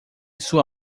sua